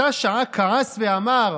אותה שעה כעס ואמר: